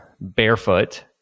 Barefoot